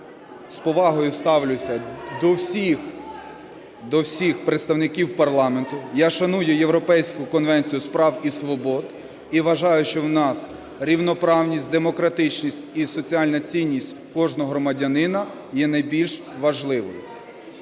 з повагою ставлюся до всіх представників парламенту. Я шаную Європейську конвенцію з прав і свобод. І вважаю, що у нас рівноправність, демократичність і соціальна цінність кожного громадянина є найбільш важливими.